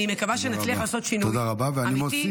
אני מקווה שנצליח לעשות שינוי אמיתי,